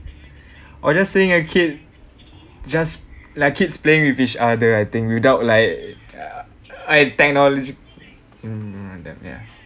or just seeing a kid just like kids playing with each other I think without like eh ah technology mm that ya